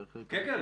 כן, כן.